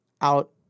out